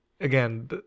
again